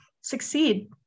succeed